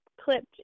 clipped